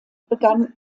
begann